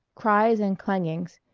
cries and clangings,